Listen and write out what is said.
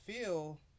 feel